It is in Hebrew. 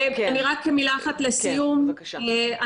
מילה אחת לסיום.